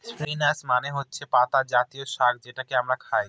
spinach মানে হচ্ছে পাতা জাতীয় শাক যেটা আমরা খায়